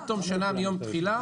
עד תום שנה מיום תחילה,